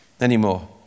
anymore